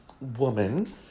woman